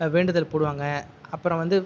வேண்டுதல் போடுவாங்கள் அப்புறம் வந்து